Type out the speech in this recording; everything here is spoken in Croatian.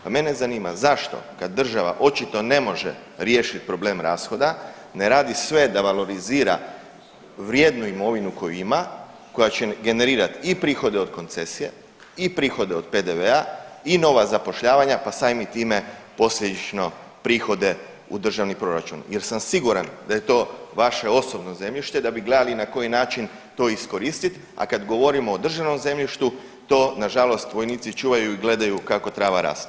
Pa mene zanima zašto, kad država očito ne može riješiti problem rashoda ne radi sve da valorizira vrijednu imovinu koju ima koja će generirati i prihode od koncesija i prihode od PDV-a i nova zapošljavanja pa samim time posljedično prihode u državni proračun jer sam siguran da je to vaše osobno zemljište da bi gledali na koji način to iskoristiti, a kad govorimo o državnom zemljištu to nažalost vojnici čuvaju i gledaju kako trava raste.